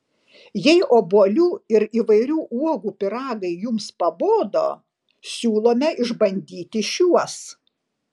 jei obuolių ir įvairių uogų pyragai jums pabodo siūlome išbandyti šiuos